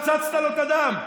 מצצת לו את הדם,